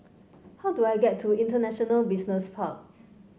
how do I get to International Business Park